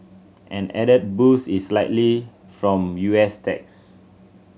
an added boost is likely from U S tax